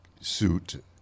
suit